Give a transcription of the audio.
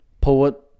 poet